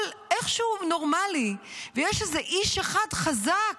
איכשהו נורמלי ושיש איזה איש אחד חזק